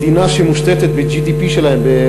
מדינה שמושתתת ב-GDP שלהם,